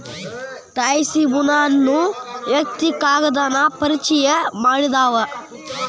ತ್ಸಾಯಿ ಬುನಾ ಅನ್ನು ವ್ಯಕ್ತಿ ಕಾಗದಾನ ಪರಿಚಯಾ ಮಾಡಿದಾವ